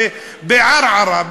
בערערה,